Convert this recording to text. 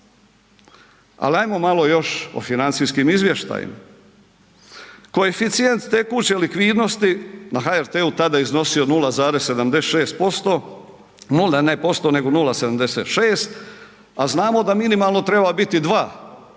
Ali ajmo malo još o financijskim izvještajima. Koeficijent tekuće likvidnosti, na HRT-u je tada iznosio 0,76, a znamo da minimalno treba biti 2,